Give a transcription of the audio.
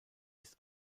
ist